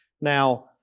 Now